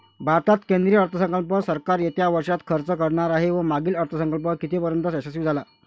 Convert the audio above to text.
भारतात केंद्रीय अर्थसंकल्प सरकार येत्या वर्षात खर्च करणार आहे व मागील अर्थसंकल्प कितीपर्तयंत यशस्वी झाला